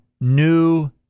New